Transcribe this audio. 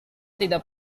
tidak